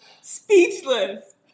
Speechless